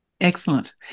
Excellent